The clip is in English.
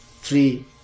three